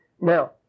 Now